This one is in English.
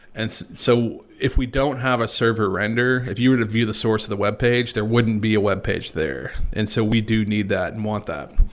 and so so, if we don't have a server-render if you were to view the source of the web page, there wouldn't be a web page there and so we do need that and want that.